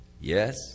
Yes